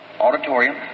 auditorium